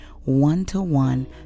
one-to-one